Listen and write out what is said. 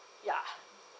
ya